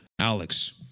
Alex